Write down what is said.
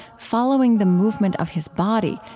following the movement of his body,